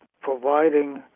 providing